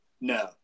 No